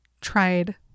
tried